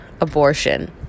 abortion